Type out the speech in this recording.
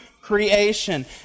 creation